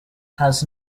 has